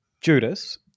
Judas